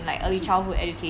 the kids ah